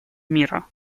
мира